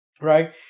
right